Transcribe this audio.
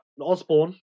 Osborne